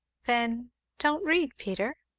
then don't read, peter.